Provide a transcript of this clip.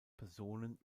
personen